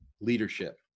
leadership